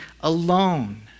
alone